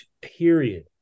period